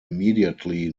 immediately